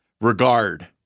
Regard